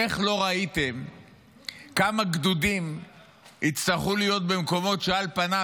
איך לא ראיתם כמה גדודים הצטרכו להיות במקומות שעל פניו,